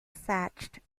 thatched